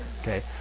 Okay